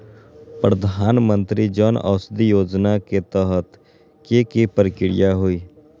प्रधानमंत्री जन औषधि योजना के तहत की की प्रक्रिया होई?